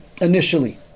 initially